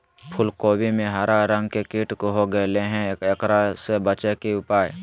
फूल कोबी में हरा रंग के कीट हो गेलै हैं, एकरा से बचे के उपाय?